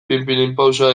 pinpilinpauxa